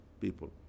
people